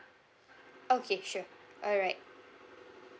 okay sure alright